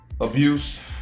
abuse